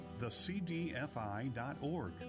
thecdfi.org